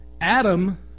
Adam